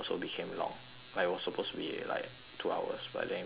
like it was supposed to be like two hours but then it became four hours